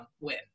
win